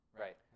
Right